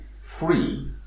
free